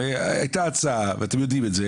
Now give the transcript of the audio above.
הרי הייתה הצעה ואתם יודעים את זה,